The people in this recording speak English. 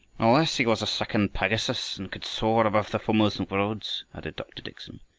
unless he was a second pegasus, and could soar above the formosan roads, added dr. dickson.